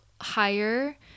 higher